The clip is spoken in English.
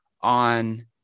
on